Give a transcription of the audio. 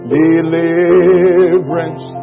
deliverance